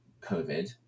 COVID